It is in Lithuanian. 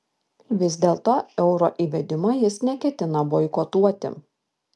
vis dėlto euro įvedimo jis neketina boikotuoti